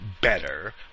better